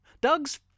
Doug's